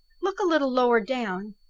look a little lower down.